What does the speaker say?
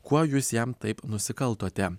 kuo jūs jam taip nusikaltote